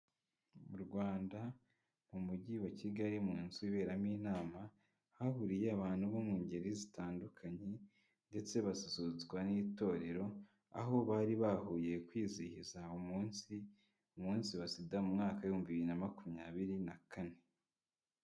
M'u Rwanda mu mujyi wa kigali munzu iberamo inama, hahuriye abantu bo mu ngeri zitandukanye. Ndetse basusurutswa n'itorero, aho bari bahuriye kwizihiza umunsi umunsi wa SIDA mu mwaka wa 2024.